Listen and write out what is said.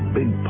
big